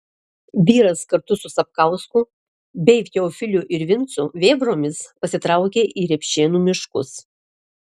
vyras kartu su sapkausku bei teofiliu ir vincu vėbromis pasitraukė į repšėnų miškus